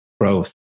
growth